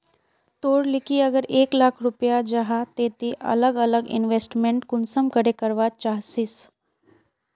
तोर लिकी अगर एक लाख रुपया जाहा ते ती अलग अलग इन्वेस्टमेंट कुंसम करे करवा चाहचिस?